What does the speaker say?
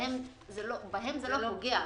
בהם זה לא פוגע.